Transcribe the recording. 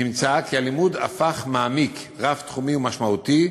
נמצא כי הלימוד הפך מעמיק, רב-תחומי ומשמעותי.